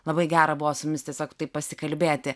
labai gera buvo su jumis tiesiog taip pasikalbėti